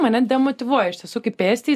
mane demotyvuoja iš tiesų kaip pestįjį